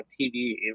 TV